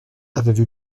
avaient